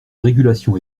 régulation